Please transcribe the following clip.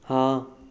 हाँ